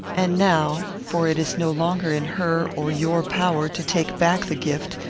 and now, for it is no longer in her or your power to take back the gift,